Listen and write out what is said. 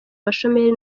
abashomeri